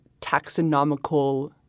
taxonomical